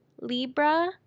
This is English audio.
Libra